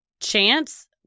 chance